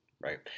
right